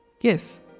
Yes